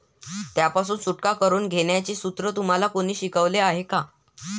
त्यापासून सुटका करून घेण्याचे सूत्र तुम्हाला कोणी शिकवले आहे का?